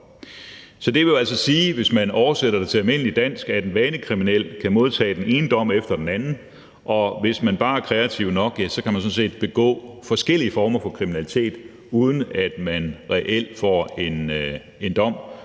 det til almindeligt dansk, at en vanekriminel kan modtage den ene dom efter den anden, og hvis man bare er kreativ nok, kan man sådan set begå forskellige former for kriminalitet, uden at man reelt får en dom,